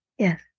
Yes